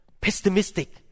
pessimistic